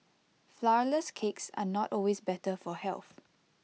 Flourless Cakes are not always better for health